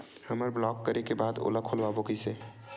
हमर ब्लॉक करे के बाद ओला खोलवाबो कइसे?